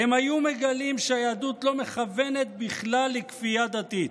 הם היו מגלים שהיהדות לא מכוונת בכלל לכפייה דתית.